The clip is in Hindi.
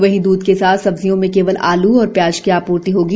वहीं द्रध के साथ सब्जियों में केवल आलू और प्याज की आपूर्ति होगी